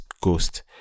ghost